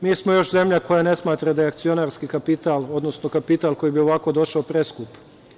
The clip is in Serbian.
Mi smo još zemlja koja ne smatra da je akcionarski kapital, odnosno kapital koji bi ovako došao preskup.